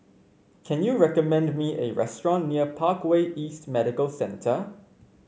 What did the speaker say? can you recommend me a restaurant near Parkway East Medical Centre